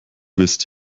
wisst